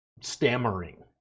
stammering